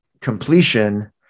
completion